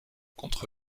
contre